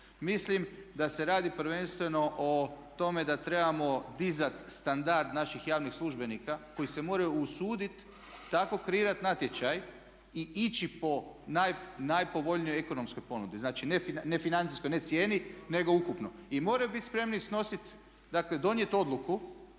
Mislim da se radi prvenstveno o tome da trebamo dizati standard naših javnih službenika koji se moraju usuditi tako kreirati natječaj ići po najpovoljnijoj ekonomskoj ponudi, znači ne financijskoj, ne cijeni nego ukupno. I moraju biti spremni snositi, dakle donijeti odluku